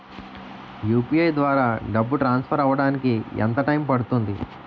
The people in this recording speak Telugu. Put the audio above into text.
యు.పి.ఐ ద్వారా డబ్బు ట్రాన్సఫర్ అవ్వడానికి ఎంత టైం పడుతుంది?